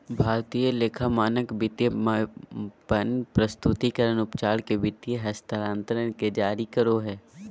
भारतीय लेखा मानक वित्तीय मापन, प्रस्तुतिकरण, उपचार के वित्तीय हस्तांतरण के जारी करो हय